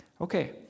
Okay